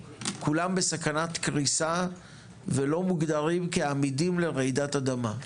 כולם בסכנת קריסה ולא מוגדרים כעמידים לרעידת אדמה.